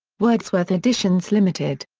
wordsworth editions ltd.